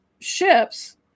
ships